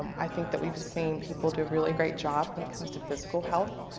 i think that we seen people do really great job when it comes to physical health.